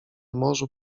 morzu